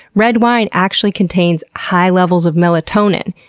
red wine actually contains high levels of melatonin,